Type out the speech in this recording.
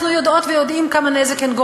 אנחנו יודעות ויודעים כמה נזק הן גורמות.